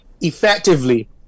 Effectively